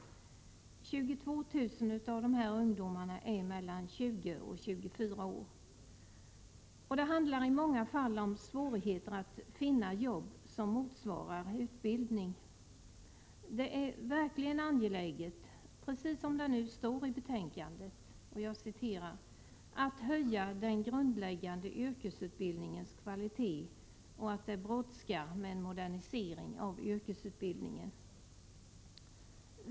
22 000 av dessa ungdomar är mellan 20 och 24 år. Det handlar i många fall om svårigheter att finna jobb som motsvarar ens utbildning. Det är verkligen angeläget att, precis som det står i betänkandet, höja den grundläggande yrkesutbildningens kvalitet, och det brådskar med en modernisering av yrkesutbildningen.